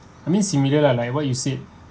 I mean similar lah like what you said